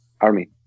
army